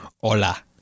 hola